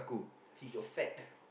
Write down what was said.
he got fat